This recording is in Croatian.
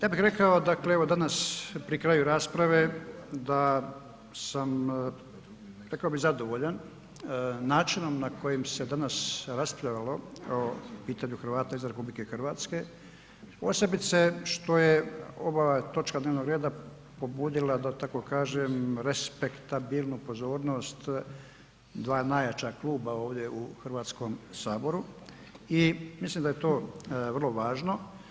Ja bih rekao dakle evo danas pri kraju rasprave da sam, rekao bih zadovoljan načinom na kojem se danas raspravljalo o pitanju Hrvata izvan RH posebice što je ova točka dnevnog reda pobudila da tako kažem respektabilnu pozornost dva najjača kluba ovdje u Hrvatskom saboru i mislim da je to vrlo važno.